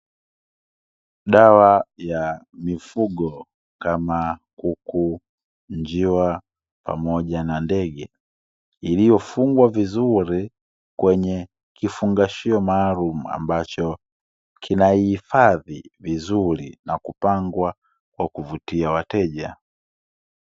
Dawa ya mifugo kama vile kuku, njiwa, pamoja na ndege, iliyofungwa vizuri kwenye kifungashio maalumu ambacho, kinahifadhi vizuri na kupangwa kwa kuvutia wateja.